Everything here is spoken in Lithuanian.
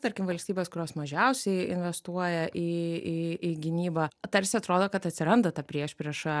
tarkim valstybes kurios mažiausiai investuoja į į į gynybą tarsi atrodo kad atsiranda ta priešprieša